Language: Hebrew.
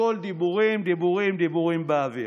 הכול דיבורים, דיבורים, דיבורים באוויר.